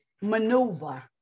maneuver